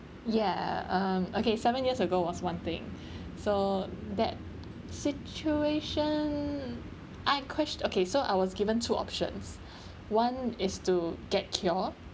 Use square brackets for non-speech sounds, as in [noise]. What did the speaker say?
ya um okay seven years ago was one thing [breath] so that situation I ques~ okay so I was given two options one is to get cure